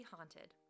Haunted